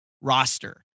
roster